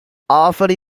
awfully